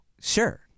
sure